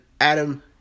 Adam